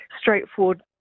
straightforward